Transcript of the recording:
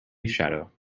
shadow